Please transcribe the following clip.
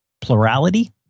plurality